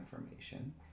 information